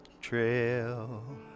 trail